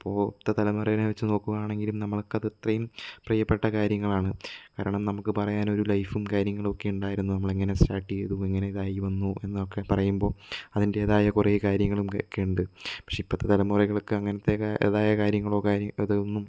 ഇപ്പോഴത്തെ തലമുറയെ വെച്ചു നോക്കുകയാണെങ്കിലും നമ്മൾക്കത് അത്രയും പ്രിയപ്പെട്ട കാര്യങ്ങളാണ് കാരണം നമുക്ക് പറയാൻ ഒരു ലൈഫും കാര്യങ്ങളും ഒക്കെ ഉണ്ടായിരുന്നു നമ്മൾ ഇങ്ങനെ സ്റ്റാർട്ട് ചെയ്തു എങ്ങനെ ഇതായി വന്നു എന്നൊക്കെ പറയുമ്പോൾ അതിന്റേതായ കുറേ കാര്യങ്ങളും ഒക്കെയുണ്ട് പക്ഷേ ഇപ്പോഴത്തെ തലമുറകൾ ഒക്കെ അങ്ങനത്തെ കാര്യം ഇതായ കാര്യങ്ങളോ കാര്യങ്ങൾ ഇത് ഒന്നും